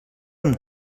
amb